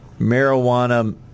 marijuana